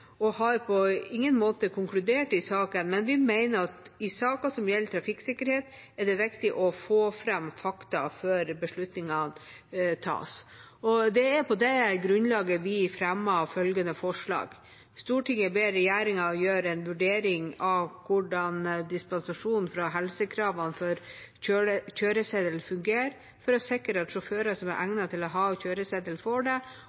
og har på ingen måte konkludert i saken, men vi mener at i saker som gjelder trafikksikkerhet, er det viktig å få fram fakta før beslutningene tas. Det er på det grunnlaget vi fremmer følgende forslag: «Stortinget ber regjeringen gjøre en vurdering av hvordan dispensasjon fra helsekravene for kjøreseddel fungerer, for å sikre at sjåfører som er egnet til å ha kjøreseddel, får det,